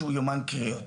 שהוא יומן קריאות,